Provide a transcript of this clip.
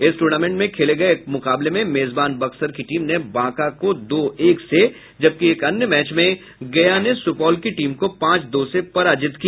इस टूर्नामेंट में खेले गये मुकाबलों में मेजबान बक्सर की टीम ने बांका को दो एक से जबकि एक अन्य मैच में गया ने सुपौल की टीम को पांच दो से पराजित किया